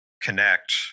Connect